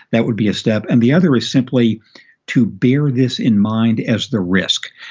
that would be a step. and the other is simply to bear this in mind as the risk.